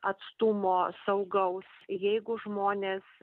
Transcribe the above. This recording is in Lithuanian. atstumo saugaus jeigu žmonės